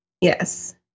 Yes